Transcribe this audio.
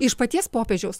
iš paties popiežiaus